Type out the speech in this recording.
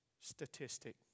statistic